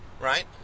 right